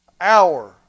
hour